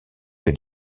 que